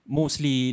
mostly